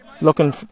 looking